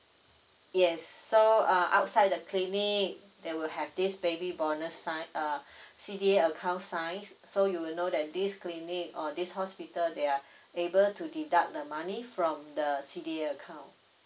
yes so uh outside the clinic they will have this baby bonus sign uh C_D_A account sign so you will know that this clinic or this hospital they are able to deduct the money from the C_D_A account